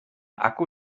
akku